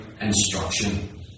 instruction